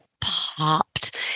popped